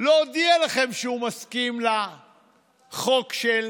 לא הודיע לכם שהוא מסכים לחוק של